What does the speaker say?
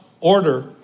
order